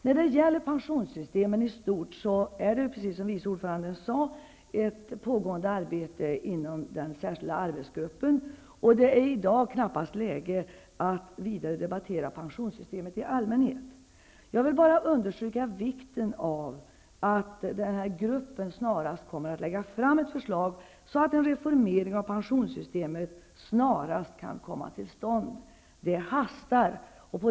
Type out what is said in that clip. När det gäller pensionssystemen i stort pågår, precis som vice ordföranden sade, ett arbete inom den särskilda arbetsgruppen. I dag är det knappast läge att vidare debattera pensionssystemet i allmänhet. Jag vill bara understryka vikten av att nämnda grupp snarast lägger fram ett förslag, så att en reformering av pensionssystemet så fort som möjligt kan komma till stånd. Det hastar.